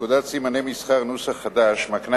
פקודת סימני מסחר (נוסח חדש) מקנה